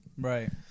Right